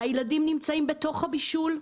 הילדים נמצאים בתוך הבישול.